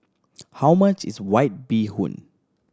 how much is White Bee Hoon